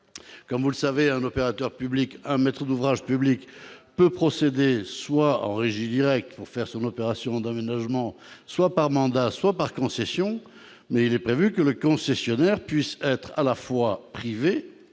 Comme vous le savez, monsieur le ministre, un maître d'ouvrage public peut procéder soit en régie directe pour faire son opération d'aménagement, soit par mandat, soit par concession. Mais il est prévu que le concessionnaire puisse être privé